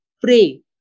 pray